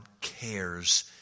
cares